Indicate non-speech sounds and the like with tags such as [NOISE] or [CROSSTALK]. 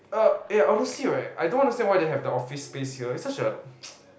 uh yeah honestly right I don't understand why they have the office space here it's such a [NOISE]